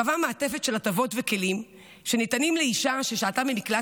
קבע מעטפת של הטבות וכלים שניתנים לאישה ששהתה במקלט